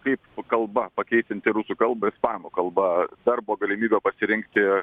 kaip kalba pakeisianti rusų kalbą ispanų kalba dar buvo galimybė pasirinkti